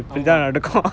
ஆமா ah